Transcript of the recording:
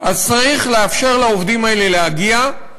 אז צריך לאפשר לעובדים האלה להגיע,